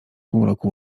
półmroku